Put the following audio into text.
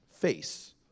face